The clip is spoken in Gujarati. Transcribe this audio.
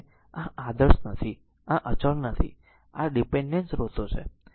તેથી આ આદર્શ નથી આ અચળ નથી આ ડીપેન્ડેન્ટ સ્ત્રોતો છે